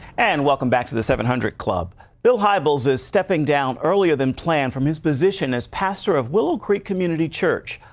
and welcome back to the seven hundred club. bill hybel is is stepping down earlier than planned from his position as pastor of willow community church.